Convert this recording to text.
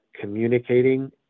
communicating